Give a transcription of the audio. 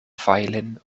violin